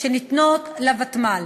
שניתנות לוותמ"ל